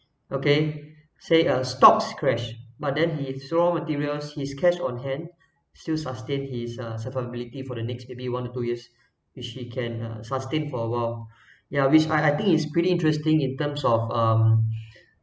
okay say uh stocks crash but then he throw materials his cash on hand still sustain his uh survivability for the next maybe one or two years which he can uh sustain for a while ya which I I think is pretty interesting in terms of um